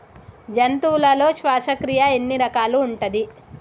జంతువులలో శ్వాసక్రియ ఎన్ని రకాలు ఉంటది?